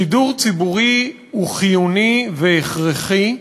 שידור ציבורי הוא חיוני והכרחי,